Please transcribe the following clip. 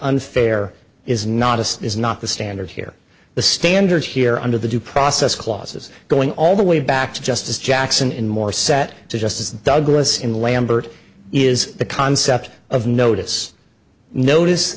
unfair is not is not the standard here the standard here under the due process clause is going all the way back to justice jackson in more set to justice douglas in the lambert is the concept of notice notice